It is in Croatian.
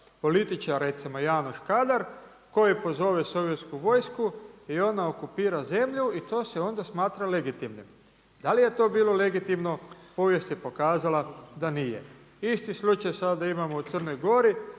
političar recimo Janoš Kadar koji pozove sovjetsku vojsku i ona okupira zemlju i to se onda smatra legitimnim. Da li je to bilo legitimno? Povijest je pokazala da nije. Isti slučaj sada imamo u Crnoj Gori,